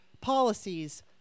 policies